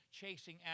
chasing